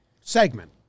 Segment